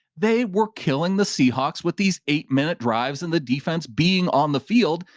they were killing the seahawks with these eight minute drives in the defense being on the field.